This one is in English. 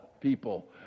people